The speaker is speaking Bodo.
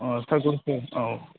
अ सार्कोल अफिसाव अ